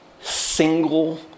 single